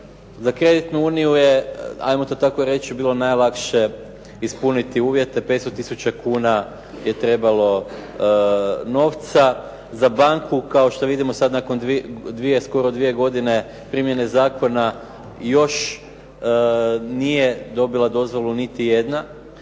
za kreditnu uniju je hajmo to tako reći bilo najlakše ispuniti uvjete. 500000 kuna je trebalo novca. Za banku kao što vidimo sad nakon dvije, skoro dvije godine primjene zakona još nije dobila dozvolu niti jedna,